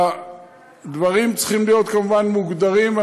כמובן, הדברים צריכים להיות מוגדרים.